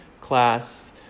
class